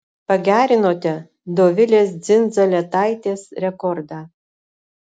pagerinote dovilės dzindzaletaitės rekordą